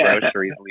groceries